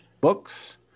books